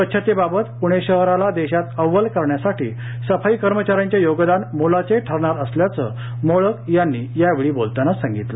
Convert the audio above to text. स्वच्छतेबाबत पुणे शहराला देशातअव्वल करण्यासाठी सफाई कर्मचा यांचे योगदान मोलाचे ठरणार असल्याचं मोळक यांनीयावेळी बोलताना सांगितलं